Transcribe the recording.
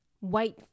Wait